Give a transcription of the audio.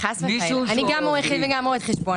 וגם רואה חשבון